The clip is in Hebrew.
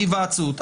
בהיוועצות.